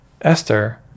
Esther